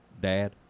Dad